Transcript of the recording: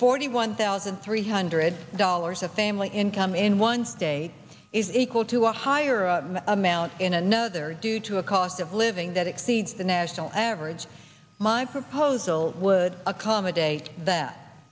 forty one thousand three hundred dollars a family income in one state is equal to a higher amount in another due to a cost of living that exceeds the national average my proposal would accommodate that